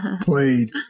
played